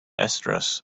astros